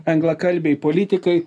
anglakalbiai politikai